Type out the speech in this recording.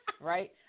Right